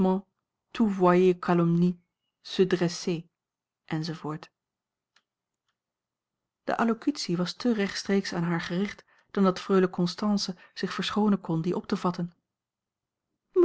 de allocutie was te rechtstreeks aan haar gericht dan dat freule constance zich verschoonen kon die op te vatten